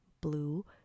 blue